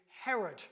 Herod